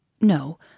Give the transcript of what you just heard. No